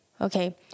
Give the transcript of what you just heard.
okay